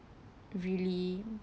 really